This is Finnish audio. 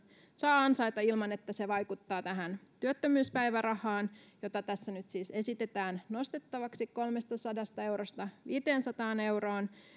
saa ansaita ilman että se vaikuttaa työttömyyspäivärahaan sitä tässä nyt siis esitetään nostettavaksi kolmestasadasta eurosta viiteensataan euroon